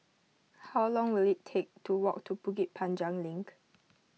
how long will it take to walk to Bukit Panjang Link